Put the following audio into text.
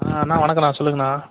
ஆ அண்ணா வணக்கோண்ணா சொல்லுங்கண்ணா